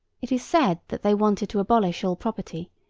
it is said that they wanted to abolish all property,